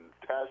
test